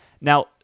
Now